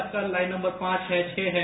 आप का line number पांच है छह है